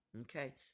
Okay